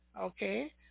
Okay